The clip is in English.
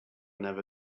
never